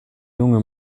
junge